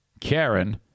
Karen